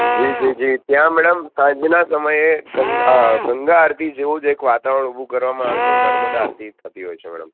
જી જી જી ત્યાં મેડમ સાંજના સમયે અં ગંગા આરતી જેવુ જ એક વાતાવરણ ઊભું કરવામાં આવે છે નર્મદા આરતી થતી હોય છે મેડમ